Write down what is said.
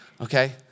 Okay